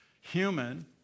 human